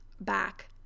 back